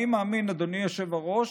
אני מאמין, אדוני היושב-ראש,